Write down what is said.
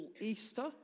Easter